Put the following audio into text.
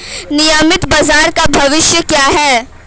नियमित बाजार का भविष्य क्या है?